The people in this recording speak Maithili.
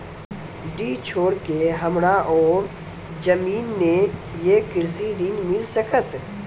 डीह छोर के हमरा और जमीन ने ये कृषि ऋण मिल सकत?